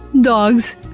Dogs